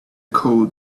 code